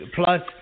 plus